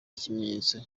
ikimenyetso